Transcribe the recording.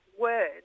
words